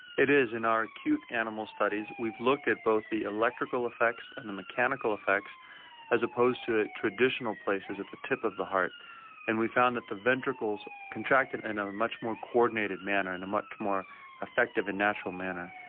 it is, in our acute animal studies we've looked at both the electrical effects and the mechanical effects as opposed to traditional places at the tip of the heart and we found that the ventricles contracted in a much more co-ordinated manner, in a much more effective and natural manner.